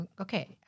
Okay